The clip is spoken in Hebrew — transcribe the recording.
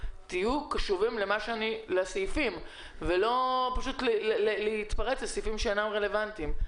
תהיו קשובים לסעיפים ולא להתפרץ לסעיפים שאינם רלוונטיים.